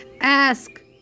Ask